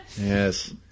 Yes